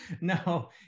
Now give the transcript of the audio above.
No